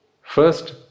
First